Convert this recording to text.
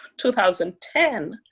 2010